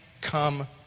come